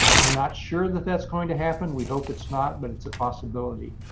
we're not sure that that's going to happen. we hope it's not. but it's a possibility.